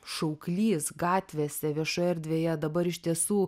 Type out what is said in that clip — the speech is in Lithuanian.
šauklys gatvėse viešoje erdvėje dabar iš tiesų